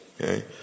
Okay